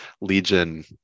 Legion